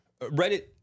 Reddit